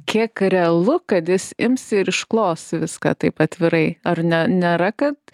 kiek realu kad jis ims ir išklos viską taip atvirai ar ne nėra kad